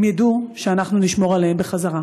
הם ידעו שאנחנו נשמור עליהם בחזרה.